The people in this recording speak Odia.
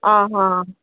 ଅ ହଁ